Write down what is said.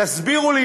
תסבירו לי,